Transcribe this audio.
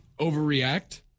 overreact